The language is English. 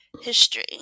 history